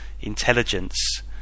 intelligence